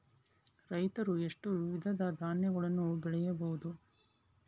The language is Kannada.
ರೈತರು ಎಷ್ಟು ವಿಧದ ಧಾನ್ಯಗಳನ್ನು ಬೆಳೆಯಬಹುದು?